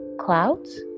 Clouds